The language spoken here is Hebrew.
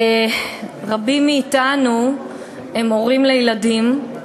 רבים מאתנו הם הורים לילדים,